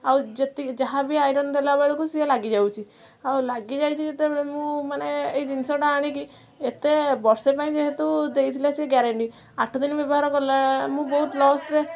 ଆଉ ଯେତିକି ଯାହା ବି ଆଇରନ୍ ଦେଲା ବେଳକୁ ସିଏ ଲାଗିଯାଉଛି ଆଉ ଲାଗିଯାଇଛି ଯେତେବେଳେ ମୁଁ ମାନେ ଏଇ ଜିନିଷଟା ଆଣିକି ଏତେ ବର୍ଷେ ପାଇଁ ଯେହେତୁ ଦେଇଥିଲା ସିଏ ଗ୍ୟାରେଣ୍ଟି ଆଠ ଦିନ ବ୍ୟବହାର କଲା ମୁଁ ବହୁତ ଲସ୍ରେ